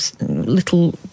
little